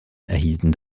erhielten